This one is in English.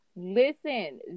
Listen